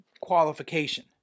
qualification